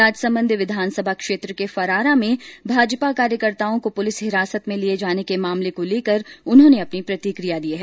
राजसमंद विधानसभा क्षेत्र के फरारा में भाजपा कार्यकर्ताओं को पुलिस हिरासत में लिए जाने के मामले को लेकर उन्होंने अपनी प्रतिक्रिया दी है